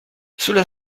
sulla